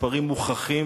מספרים מוכחים,